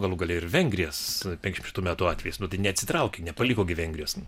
galų gale ir vengrijos penkiasdešimt šeštų metu atvejis nu tai neatsitraukė nepaliko gi vengrijos